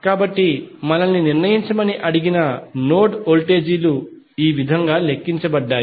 కాబట్టి మనల్ని నిర్ణయించమని అడిగిన నోడ్ వోల్టేజీలు ఈ విధంగా లెక్కించబడ్డాయి